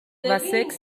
سکس